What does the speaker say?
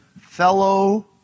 fellow